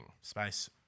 Space